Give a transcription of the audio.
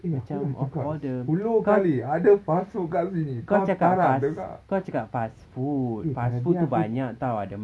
macam of all the kau kau cakap fast kau cakap fast food fast food tu banyak [tau] ada